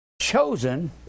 chosen